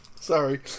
Sorry